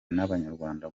n’abanyarwanda